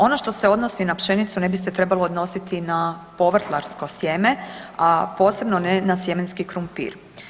Ono što se odnosi na pšenicu ne bi se trebalo odnositi na povrtlarsko sjeme, a posebno ne na sjemenski krumpir.